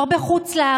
לא בחוץ לארץ,